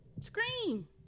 scream